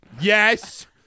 Yes